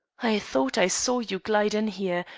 i thought i saw you glide in here,